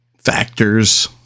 factors